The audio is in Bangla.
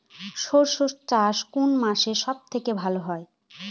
সর্ষে চাষ কোন মাসে সব থেকে ভালো হয়?